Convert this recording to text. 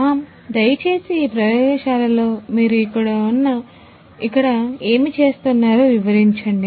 ma'am దయచేసి ఈ ప్రయోగశాలలో మీరు ఇక్కడ ఏమి చేస్తున్నారో వివరించండి